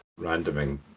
randoming